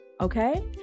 okay